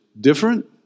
different